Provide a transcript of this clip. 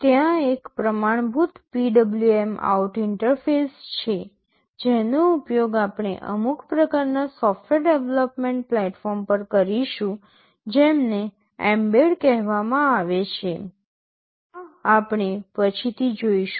ત્યાં એક પ્રમાણભૂત PWMOut ઇન્ટરફેસ છે જેનો ઉપયોગ આપણે અમુક પ્રકારના સોફ્ટવેર ડેવલપમેન્ટ પ્લેટફોર્મ પર કરીશું જેમને mbed કહેવામાં આવે છે આ આપણે પછીથી જોઈશું